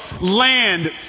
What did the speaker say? land